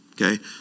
Okay